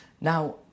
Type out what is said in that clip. Now